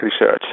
research